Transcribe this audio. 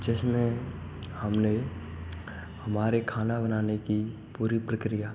जिसमें हमने हमारे खाना बनाने की पूरी प्रक्रिया